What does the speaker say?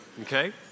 okay